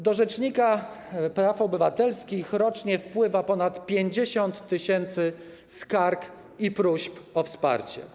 Do rzecznika praw obywatelskich rocznie wpływa ponad 50 tys. skarg i próśb o wsparcie.